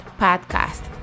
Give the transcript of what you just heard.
Podcast